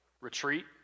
Retreat